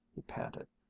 he panted.